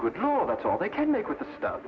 know that's all they can make with the stuff